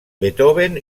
beethoven